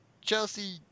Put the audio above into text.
Chelsea